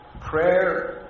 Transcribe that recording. prayer